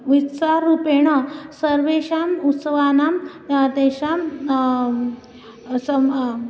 विस्तारूपेण सर्वेषाम् उस्सवानां तेषां असम